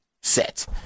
set